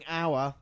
hour